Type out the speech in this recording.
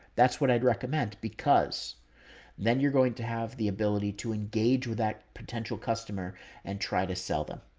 that's what i'd recommend because then you're going to have the ability to engage with that potential customer and try to sell them